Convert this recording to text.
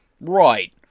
Right